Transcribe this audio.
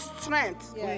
strength